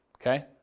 Okay